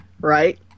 Right